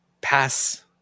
pass